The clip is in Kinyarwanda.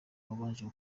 wabanje